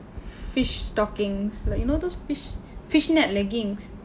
fish stockings like you know those fish fish net leggings